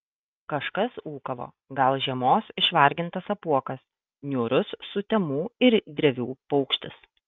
kažkas ūkavo gal žiemos išvargintas apuokas niūrus sutemų ir drevių paukštis